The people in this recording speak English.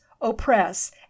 oppress